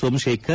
Somashekar